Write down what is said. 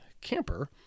camper